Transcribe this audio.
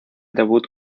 debut